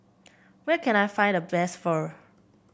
where can I find the best Pho